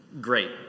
great